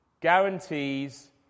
guarantees